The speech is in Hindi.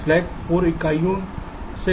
तो स्लैक 4 इकाइयों से कम हो जाएगा